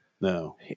No